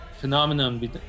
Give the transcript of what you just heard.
phenomenon